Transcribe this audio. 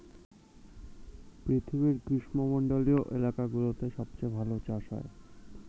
পৃথিবীর গ্রীষ্মমন্ডলীয় এলাকাগুলোতে সবচেয়ে ভালো চাষ হয়